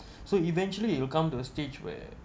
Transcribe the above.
so eventually you will come to a stage where